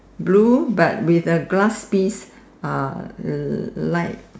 blue but with a glass piece uh light